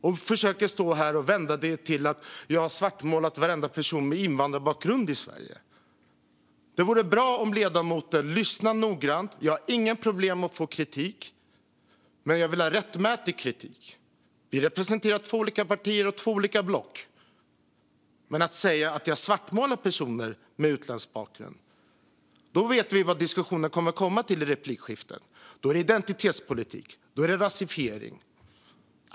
Du står här och försöker vända det till att jag har svartmålat varenda person med invandrarbakgrund i Sverige. Det vore bra om ledamoten lyssnade noggrant. Jag har inget problem med att få kritik, men jag vill ha rättmätig kritik. Vi representerar två olika partier och två olika block. När man säger att jag svartmålar personer med utländsk bakgrund vet vi vad diskussionen kommer att komma till i replikskiften. Då är det identitetspolitik och rasifiering.